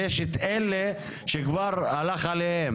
ויש את אלה שכבר הלך עליהם.